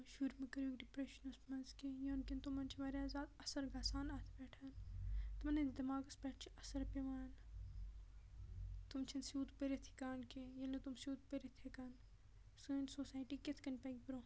شُرۍ مہٕ کٔروُکھ ڈِپریشنَس مَنٛز کیٚنٛہہ یمہ کِنۍ تِمَن چھُ واریاہ زیادٕ اثر گَژھان اَتھ پٮ۪ٹھ تِمَن ہٕندِس دٮ۪ماغَس پٮ۪ٹھ چھُ اثر پیٚوان تِم چھِنہٕ سیٛود پٔرِتھ ہیٚکان کیٚنٛہہ ییٚلہِ نہٕ تِم سیٚود پٔرِتھ ہیٚکان سٲنۍ سوسایٹی کِتھ کٔنۍ پَکہِ برونٛہہ